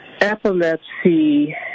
epilepsy